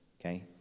Okay